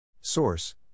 Source